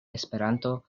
esperanto